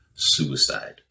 suicide